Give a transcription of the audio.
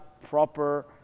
proper